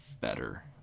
better